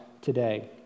today